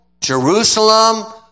Jerusalem